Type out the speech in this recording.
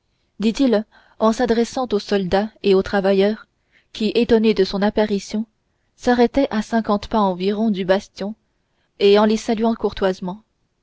dit-il en s'adressant aux soldats et aux travailleurs qui étonnés de son apparition s'arrêtaient à cinquante pas environ du bastion et en les saluant courtoisement